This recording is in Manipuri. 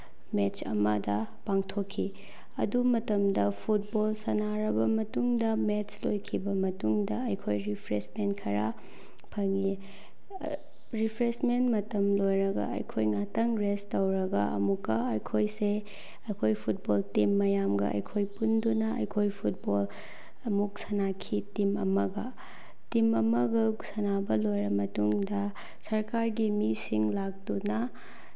ꯃꯦꯠꯁ ꯑꯃꯗ ꯄꯥꯡꯊꯣꯛꯈꯤ ꯑꯗꯨ ꯃꯇꯝꯗ ꯐꯨꯠꯕꯣꯜ ꯁꯥꯟꯅꯔꯕ ꯃꯇꯨꯡꯗ ꯃꯦꯠꯁ ꯂꯣꯏꯈꯤꯕ ꯃꯇꯨꯡꯗ ꯑꯩꯈꯣꯏ ꯔꯤꯐ꯭ꯔꯦꯁꯃꯦꯟ ꯈꯔ ꯐꯪꯏ ꯔꯤꯐ꯭ꯔꯦꯁꯃꯦꯟ ꯃꯇꯝ ꯂꯣꯏꯔꯒ ꯑꯩꯈꯣꯏꯅ ꯉꯥꯇꯪ ꯔꯦꯁ ꯇꯧꯔꯒ ꯑꯃꯨꯛꯀ ꯑꯩꯈꯣꯏꯁꯦ ꯑꯩꯈꯣꯏ ꯐꯨꯠꯕꯣꯜ ꯇꯤꯝ ꯃꯌꯥꯝꯒ ꯑꯩꯈꯣꯏ ꯄꯨꯟꯗꯨꯅ ꯑꯩꯈꯣꯏ ꯐꯨꯠꯕꯣꯜ ꯑꯃꯨꯛ ꯁꯥꯟꯅꯈꯤ ꯇꯤꯝ ꯑꯃꯒ ꯇꯤꯝ ꯑꯃꯒ ꯁꯥꯟꯅꯕ ꯂꯣꯏꯔ ꯃꯇꯨꯡꯗ ꯁꯔꯀꯥꯔꯒꯤ ꯃꯤꯁꯤꯡ ꯂꯥꯛꯇꯨꯅ